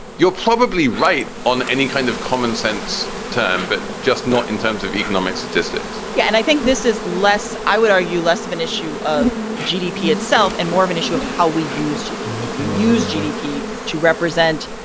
you're probably right on any kind of commonsense term. but just not in terms of economic statistics yeah, and i think this is less, i would argue, less of an issue of gdp itself and more of an issue of how we use gdp. we use gdp to represent,